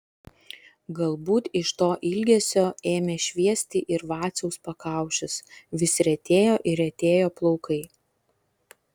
galbūt iš to ilgesio ėmė šviesti ir vaciaus pakaušis vis retėjo ir retėjo plaukai